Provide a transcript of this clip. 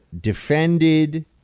defended